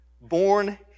born